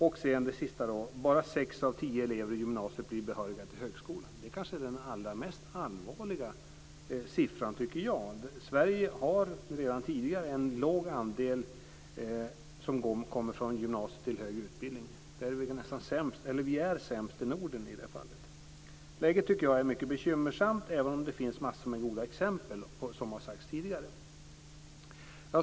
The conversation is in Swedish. Och bara sex av tio elever i gymnasiet blir behöriga till högskolan. Det kanske är den allra mest allvarliga siffran, tycker jag. Sverige har redan tidigare en låg andel som kommer från gymnasiet till högre utbildning. Vi är sämst i Norden i det fallet. Jag tycker att läget är bekymmersamt, även om det finns massor av goda exempel som har sagts tidigare.